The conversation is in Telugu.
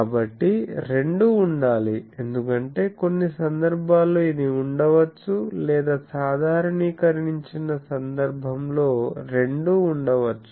కాబట్టి రెండూ ఉండాలి ఎందుకంటే కొన్ని సందర్భాల్లో ఇది ఉండవచ్చు లేదా సాధారణీకరించిన సందర్భంలో రెండూ ఉండవచ్చు